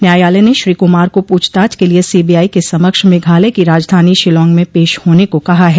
न्यायालय ने श्री कुमार को पूछताछ के लिए सीबीआई के समक्ष मेघालय की राजधानी शिलाग में पेश होने को कहा है